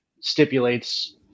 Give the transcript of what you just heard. stipulates